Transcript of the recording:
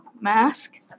mask